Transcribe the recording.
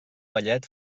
ballet